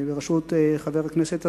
בראשות חבר הכנסת אזולאי,